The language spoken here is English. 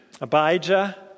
Abijah